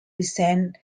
descent